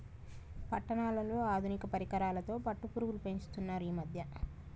పట్నాలలో ఆధునిక పరికరాలతో పట్టుపురుగు పెంచుతున్నారు ఈ మధ్య